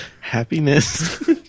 happiness